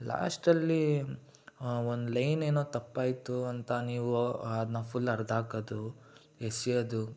ಲಾಸ್ಟಲ್ಲಿ ಒಂದು ಲೈನ್ ಏನೋ ತಪ್ಪಾಯ್ತು ಅಂತ ನೀವು ಅದನ್ನ ಫುಲ್ ಹರಿದಾಕೋದು ಎಸೆಯೋದು